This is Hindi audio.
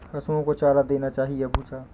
पशुओं को चारा देना चाहिए या भूसा?